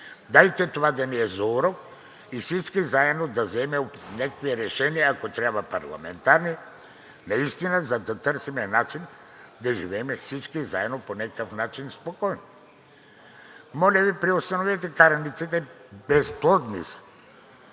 Дайте това да ни е за урок и всички заедно да вземем някакви решения, ако трябва парламентарни – наистина, за да търсим начин да живеем всички заедно, по някакъв начин спокойно. Моля Ви, преустановете караниците – безплодни са.